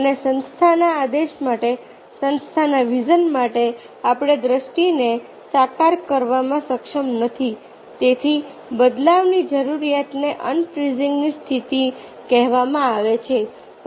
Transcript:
અને સંસ્થાના આદેશ માટે સંસ્થાના વિઝન માટે આપણે દ્રષ્ટિને સાકાર કરવામાં સક્ષમ નથી તેથી બદલાવની જરૂરિયાતને અનફ્રીઝિંગની સ્થિતિ કહેવામાં આવે છે